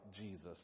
Jesus